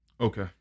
Okay